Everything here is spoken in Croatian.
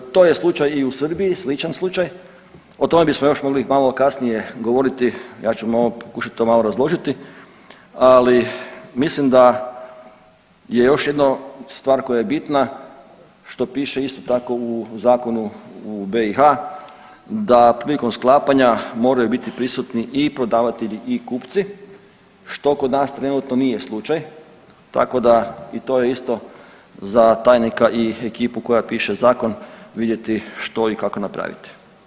To je slučaj i u Srbiji, sličan slučaj, o tome bismo još mogli malo kasnije govoriti, ja ću pokušati to malo razložiti, ali mislim da je još jedno stvar koja je bitna što piše isto tako u zakonu u BiH da prilikom sklapanja moraju biti prisutni i prodavatelji i kupci što kod nas trenutno nije slučaj, tako da i to je isto za tajnika i ekipu koja piše zakon vidjeti što i kako napraviti.